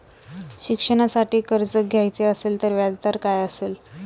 शिक्षणासाठी कर्ज घ्यायचे असेल तर व्याजदर काय असेल?